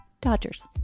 Dodgers